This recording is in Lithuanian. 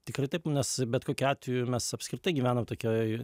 tikrai taip nes bet kokiu atveju mes apskritai gyvenam tokioj